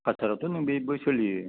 कालसारावथ' नों बेबो सोलियो